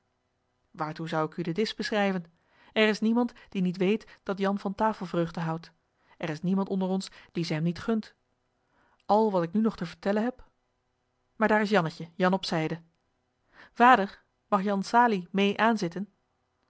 waartoe zou ik u den disch beschrijven er is niemand die niet weet dat jan van tafelvreugde houdt er is niemand onder ons die ze hem niet gunt al wat ik nu nog te vertellen heb maar daar is jannetje jan op zijde vader mag jan salie meê aanzitten